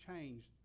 changed